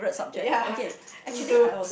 ya me too